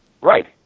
Right